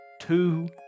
two